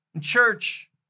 Church